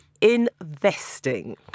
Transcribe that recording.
investing